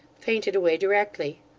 fainted away directly.